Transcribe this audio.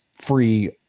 free